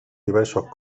diversos